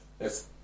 Yes